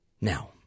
Now